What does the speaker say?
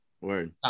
Word